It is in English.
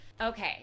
Okay